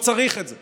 לא צריך את זה.